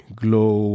glow